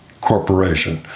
Corporation